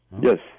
yes